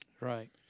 Right